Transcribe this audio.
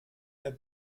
der